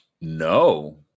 no